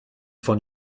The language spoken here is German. von